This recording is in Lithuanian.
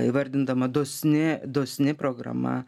įvardindama dosni dosni programa